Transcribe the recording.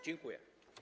Dziękuję.